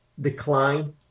decline